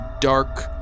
dark